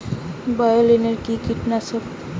বায়োলিন কি কীটনাশক?